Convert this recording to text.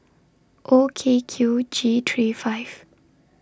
O K Q G three five